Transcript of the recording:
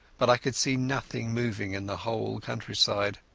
but i could see nothing moving in the whole countryside.